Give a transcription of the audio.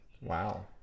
Wow